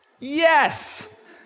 Yes